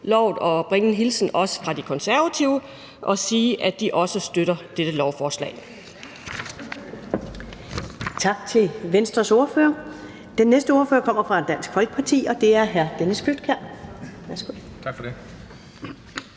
lovet at bringe en hilsen også fra De Konservative og sige, at de også støtter dette lovforslag.